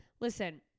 Listen